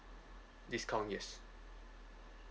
discount yes